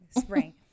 Spring